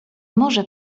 może